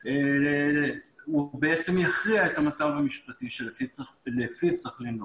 והוא בעצם יכריע את המצב המשפטי שלפיו צריך לנהוג.